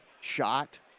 shot